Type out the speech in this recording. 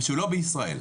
שלא בישראל.